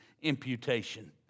imputation